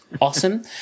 awesome